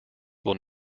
will